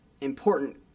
important